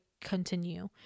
continue